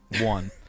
one